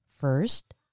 First